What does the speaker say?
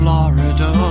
Florida